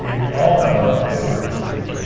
i mean we all have our own histories that we,